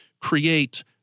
create